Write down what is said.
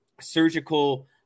surgical